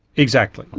exactly.